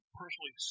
personally